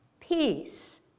Peace